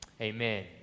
Amen